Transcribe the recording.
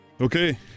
Okay